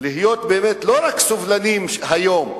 להיות לא רק סובלניים היום,